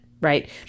right